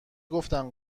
گفتم